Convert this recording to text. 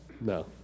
No